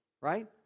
Right